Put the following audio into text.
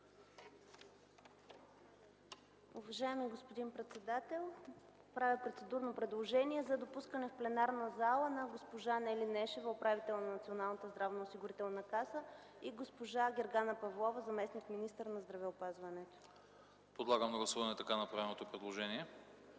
Уважаеми господин председател, правя процедурно предложение за допускане в пленарната зала на госпожа Нели Нешева – управител на Националната здравноосигурителна каса, и госпожа Гергана Павлова – заместник-министър на здравеопазването. ПРЕДСЕДАТЕЛ АНАСТАС АНАСТАСОВ: Подлагам